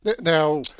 Now